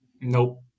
Nope